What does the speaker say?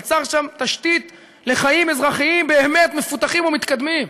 הוא יצר שם תשתית לחיים אזרחיים מפותחים ומתקדמים.